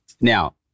Now